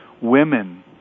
women